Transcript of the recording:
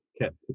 kept